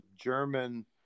German